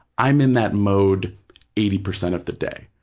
i'm in that mode eighty percent of the day,